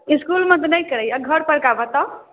इसकूलमे तऽ नहि करैए घरपर के बताउ